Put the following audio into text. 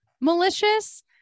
malicious